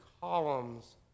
columns